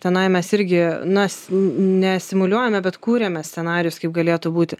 tenai mes irgi na ne simuliuojame bet kuriame scenarijus kaip galėtų būti